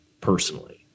personally